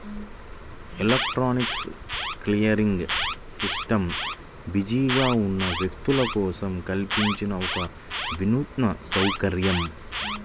electronic clearing system బిజీగా ఉన్న వ్యక్తుల కోసం కల్పించిన ఒక వినూత్న సౌకర్యం